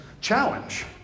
challenge